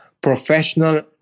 professional